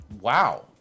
Wow